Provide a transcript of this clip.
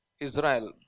Israel